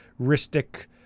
ristic